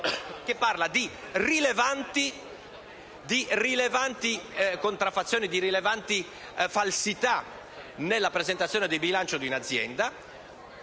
che parla di rilevanti contraffazioni e rilevanti falsità nella presentazione del bilancio di un'azienda.